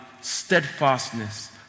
steadfastness